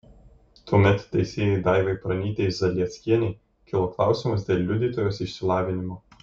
tuomet teisėjai daivai pranytei zalieckienei kilo klausimas dėl liudytojos išsilavinimo